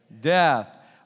death